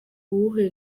uwuhe